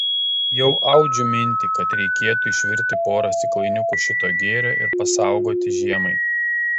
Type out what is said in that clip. jau audžiu mintį kad reikėtų išvirti porą stiklainiukų šito gėrio ir pasaugoti žiemai